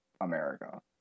America